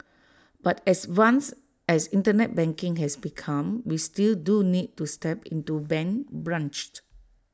but as once as Internet banking has become we still do need to step into bank branch